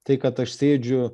tai kad aš sėdžiu